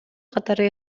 катары